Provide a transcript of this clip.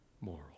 moral